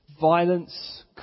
violence